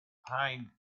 pine